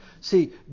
See